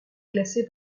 classés